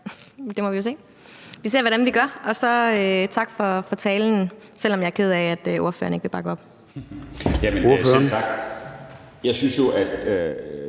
Det må vi jo se. Vi må se, hvordan vi gør det, og tak for talen, selv om jeg er ked af, at ordføreren ikke vil bakke op